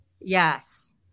yes